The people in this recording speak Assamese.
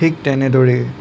ঠিক তেনেদৰেই